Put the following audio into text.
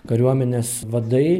kariuomenės vadai